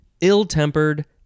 ill-tempered